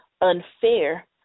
unfair